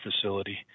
facility